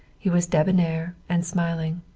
he was debonnaire and smiling.